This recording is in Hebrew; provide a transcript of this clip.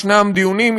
יש דיונים,